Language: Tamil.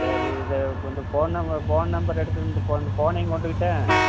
சரி இது இப்போ இந்த ஃபோன் நம்பர் ஃபோன் நம்பர் எடுத்துகிட்டு இந்த ஃபோ இந்த ஃபோனையும் கொண்டுக்கிட்டு